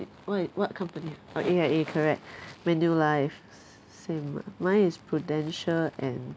why what company ah oh A_I_A correct Manulife same ah mine is Prudential and